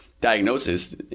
diagnosis